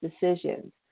decisions